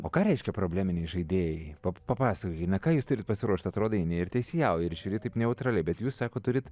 o ką reiškia probleminiai žaidėjai papasakokit na ką jūs turit pasiruošt atrodo eini ir teisėjauji ir žiūri taip neutraliai bet jūs sakot turit